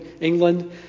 England